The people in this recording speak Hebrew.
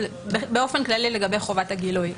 באופן כללי לגבי חובת הגילוי.